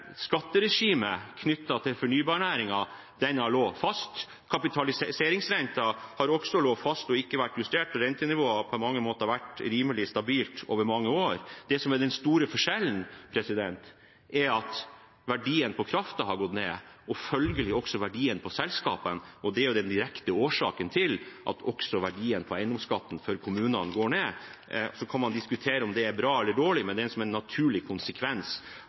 Skatteregimet knyttet til fornybarnæringen har ligget fast. Kapitaliseringsrenten har også ligget fast og ikke vært justert, og rentenivået har på mange måter vært rimelig stabilt over mange år. Det som er den store forskjellen, er at verdien på kraften har gått ned og følgelig også verdien på selskapene. Det er den direkte årsaken til at også verdien på eiendomsskatten for kommunene går ned. Så kan man diskutere om det er bra eller dårlig, men det er som en naturlig konsekvens